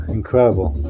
Incredible